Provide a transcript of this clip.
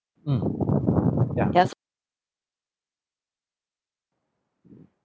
mm ya